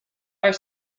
are